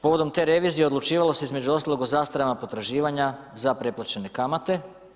Povodom te revizije odlučivalo se između ostalog o zastarama potraživanja za preplaćene kamate.